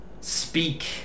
speak